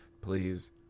please